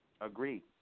Agreed